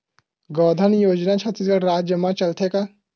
गौधन योजना छत्तीसगढ़ राज्य मा चलथे का?